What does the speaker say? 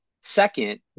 second